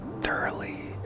thoroughly